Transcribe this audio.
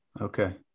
Okay